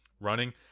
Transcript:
running